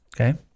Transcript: Okay